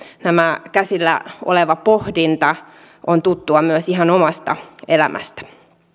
tämä käsillä oleva pohdinta on tuttua myös ihan omasta elämästä